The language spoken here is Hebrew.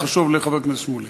זה חשוב לחבר הכנסת שמולי.